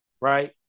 right